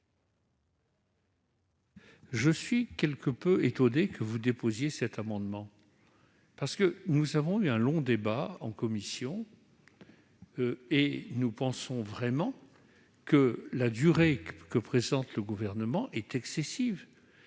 Je suis quelque peu étonné que vous déposiez cet amendement, madame la ministre. En effet, nous avons eu un long débat en commission et nous pensons vraiment que la durée proposée par le Gouvernement est excessive.